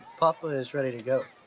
papa is ready to go.